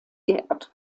geehrt